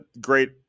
Great